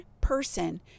person